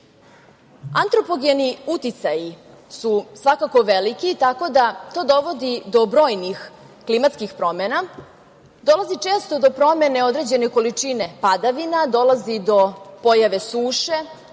posmatramo. Antropogeni uticaji su svakako veliki, tako da to dovodi do brojnih klimatskih promena, dolazi često do promene određene količine padavina, dolazi do pojave suše,